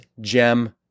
gem